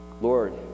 lord